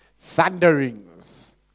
thunderings